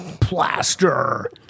Plaster